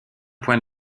point